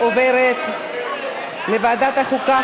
והיא עוברת לוועדת החוקה,